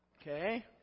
Okay